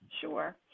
sure